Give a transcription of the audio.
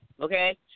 Okay